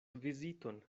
viziton